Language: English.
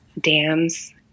dams